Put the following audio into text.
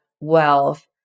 wealth